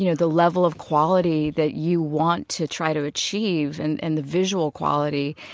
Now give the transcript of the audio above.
you know the level of quality that you want to try to achieve and and the visual quality,